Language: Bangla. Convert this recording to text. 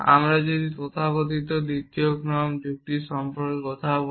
আমরা যদি তথাকথিত দ্বিতীয় ক্রম যুক্তি সম্পর্কে কথা বলি